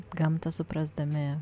gamtą suprasdami